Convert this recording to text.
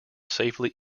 safely